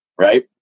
Right